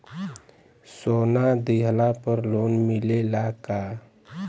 सोना दिहला पर लोन मिलेला का?